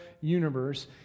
universe